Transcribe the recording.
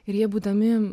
ir jie būdami